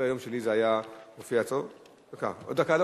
בסדר-היום שלי זה היה, דקה, עוד דקה.